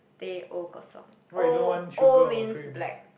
Teh-O Kosong O O means black